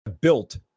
built –